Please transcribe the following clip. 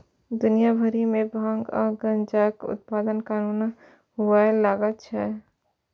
दुनिया भरि मे भांग आ गांजाक उत्पादन कानूनन हुअय लागल छै